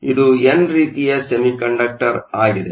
ಇದು ಎನ್ ರೀತಿಯ ಸೆಮಿಕಂಡಕ್ಟರ್ ಆಗಿದೆ